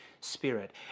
Spirit